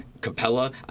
Capella